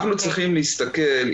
אנחנו צריכים להסתכל,